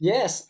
Yes